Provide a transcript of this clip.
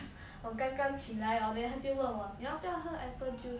我刚刚起来 hor then 他就问我你要不要喝 apple juice